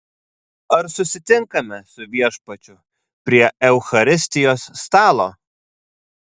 ar susitinkame su viešpačiu prie eucharistijos stalo